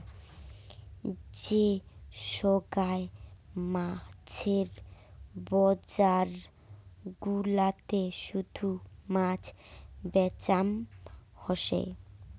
যে সোগায় মাছের বজার গুলাতে শুধু মাছ বেচাম হসে